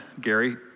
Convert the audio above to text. Gary